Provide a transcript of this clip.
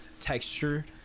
texture